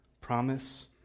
Promise